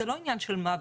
זה לא עניין של מה בכך.